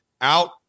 out